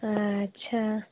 अच्छा